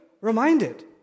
reminded